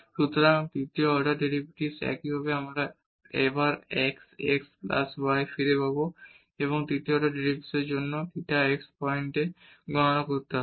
সুতরাং তৃতীয় order derivatives একইভাবে আমরা আবার x x প্লাস y ফিরে পাব এবং তৃতীয় অর্ডার ডেরিভেটিভের জন্য আমাদের থিটা x পয়েন্টে গণনা করতে হবে